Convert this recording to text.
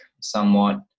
somewhat